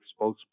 spokesperson